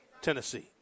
Tennessee